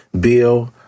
Bill